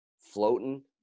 floating